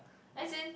as in